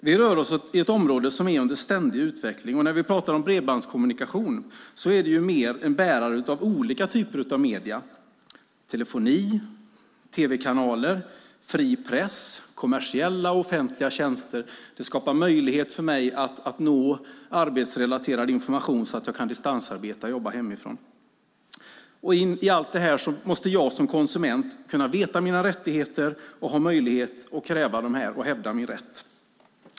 Vi rör oss i ett område som är under ständig utveckling, och när vi talar om bredbandskommunikation är det mer en bärare av olika typer av medier, såsom telefoni, tv-kanaler, fri press och kommersiella och offentliga tjänster. Det skapar möjlighet för mig att nå arbetsrelaterad information så att jag kan distansarbeta och jobba hemifrån. I allt detta måste jag som konsument kunna veta mina rättigheter och ha möjlighet att kräva och hävda min rätt.